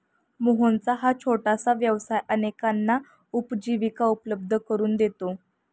मोहनचा हा छोटासा व्यवसाय अनेकांना उपजीविका उपलब्ध करून देतो